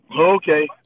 Okay